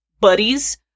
buddies